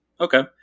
Okay